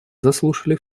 заслушали